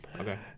Okay